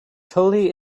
tully